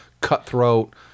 cutthroat